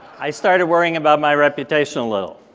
i started worrying about my reputation a little.